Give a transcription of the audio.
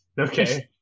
Okay